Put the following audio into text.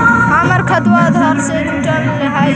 हमर खतबा अधार से जुटल हई कि न?